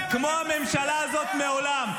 עשיתם ----- כמו הממשלה הזאת מעולם.